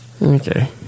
Okay